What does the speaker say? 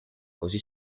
così